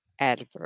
adverb